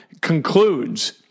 concludes